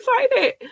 excited